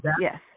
yes